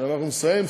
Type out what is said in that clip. כשאנחנו נסיים,